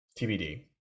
TBD